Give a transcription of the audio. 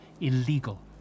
illegal